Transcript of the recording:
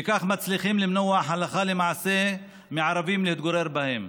וכך מצליחים למנוע הלכה למעשה מערבים להתגורר בהם.